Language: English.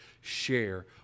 share